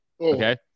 Okay